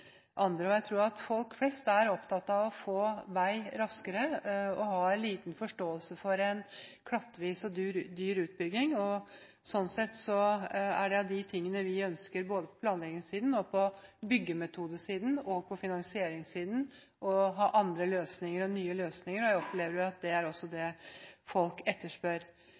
andre. Jeg tror at folk flest er opptatt av å få vei raskere, og har liten forståelse for en klattvis og dyr utbygging. Sånn sett er det å ha andre og nye løsninger av de tingene vi ønsker oss både på planleggingssiden, på byggemetodesiden og på finansieringssiden. Jeg opplever at det også er det folk etterspør.